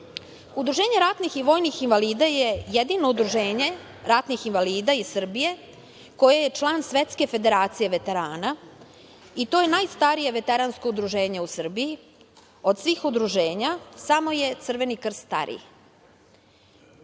danas. Udruženje ratnih i vojnih invalida je jedino udruženje ratnih invalida iz Srbije koje je član Svetske federacije veterana i to je najstarije veteransko udruženje u Srbiji. Od svih udruženja samo je Crveni krst stariji. Prošle